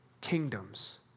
kingdoms